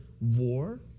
war